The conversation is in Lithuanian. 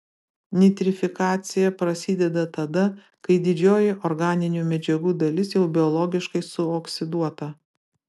nitrifikacija prasideda tada kai didžioji organinių medžiagų dalis jau biologiškai suoksiduota